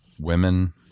women